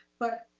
but